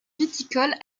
viticole